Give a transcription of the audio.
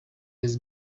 this